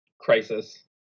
crisis